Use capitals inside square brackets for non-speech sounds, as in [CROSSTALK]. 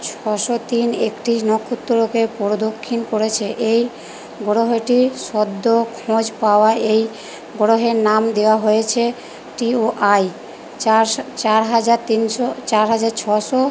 ছশো তিন একটি নক্ষত্রকে প্রদক্ষিণ করেছে এই গ্রহটির সদ্য খোঁজ পাওয়া এই গ্রহের নাম দেওয়া হয়েছে টিওআই চার [UNINTELLIGIBLE] চার হাজার তিনশো চার হাজার ছশো